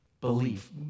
belief